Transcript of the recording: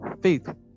faith